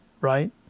right